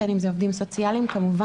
בין אם זה עובדים סוציאליים,